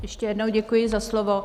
Ještě jednou děkuji za slovo.